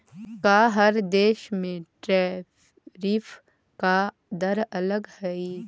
का हर देश में टैरिफ का दर अलग हई